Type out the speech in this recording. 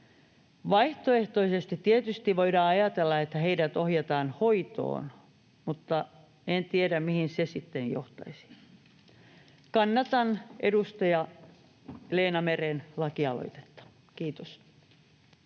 Vaihtoehtoisesti tietysti voidaan ajatella, että heidät ohjataan hoitoon, mutta en tiedä, mihin se sitten johtaisi. Kannatan edustaja Leena Meren lakialoitetta. — Kiitos.